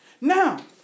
Now